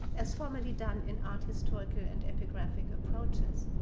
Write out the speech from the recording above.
as formerly done in art, historical, and epigraphic approaches.